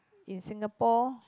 in Singapore